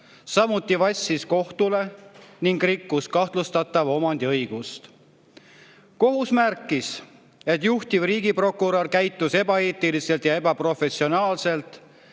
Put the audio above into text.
samuti vassis kohtule ning rikkus kahtlustatava omandiõigust. Kohus märkis, et juhtiv riigiprokurör käitus ebaeetiliselt ja ebaprofessionaalselt